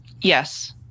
Yes